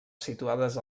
situades